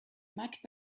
much